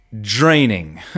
draining